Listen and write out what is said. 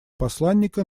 посланника